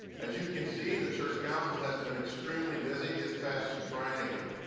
as you can see, the church council has been extremely busy this past triennium.